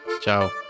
Ciao